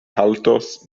haltos